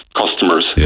customers